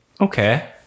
Okay